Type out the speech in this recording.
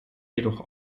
jedoch